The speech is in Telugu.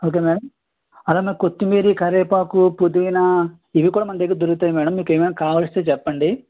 ఓకే మేడం అలాగే కొత్తిమీర కరివేపాకు పుదీనా ఇవి కూడా మన దగ్గర దొరుకుతాయి మేడం మీకు ఏమైనా కావలిస్తే చెప్పండి